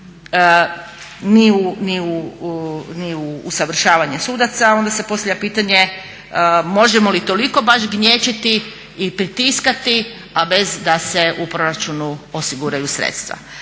ni u usavršavanje sudaca, a onda se postavlja pitanje možemo li toliko baš gnječiti i pritiskati, a bez da se u proračunu osiguraju sredstva?